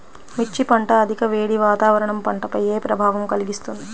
మిర్చి పంట అధిక వేడి వాతావరణం పంటపై ఏ ప్రభావం కలిగిస్తుంది?